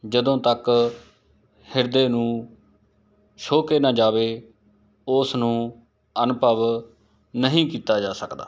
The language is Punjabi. ਜਦੋਂ ਤੱਕ ਹਿਰਦੇ ਨੂੰ ਛੋਹ ਕੇ ਨਾ ਜਾਵੇ ਓਸ ਨੂੰ ਅਨੁਭਵ ਨਹੀਂ ਕੀਤਾ ਜਾ ਸਕਦਾ